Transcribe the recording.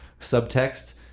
subtext